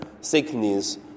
sickness